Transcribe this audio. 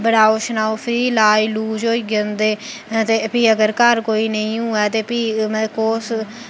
बनाओ शनाओ फ्री लाज लूज होई जंदे आ ते फ्ही अगर घर कोई नेईं होवै फ्ही कुस